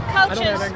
coaches